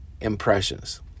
impressions